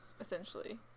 essentially